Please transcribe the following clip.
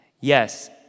Yes